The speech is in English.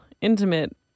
intimate